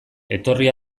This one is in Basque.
etorri